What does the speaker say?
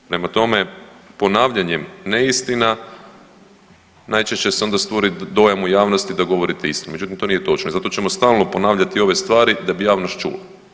Prema tome, ponavljanjem neistina najčešće se onda stvori dojam u javnosti da govorite istinu, međutim, to nije točno, zato ćemo stalno ponavljati ove stvari da bi javnost čula.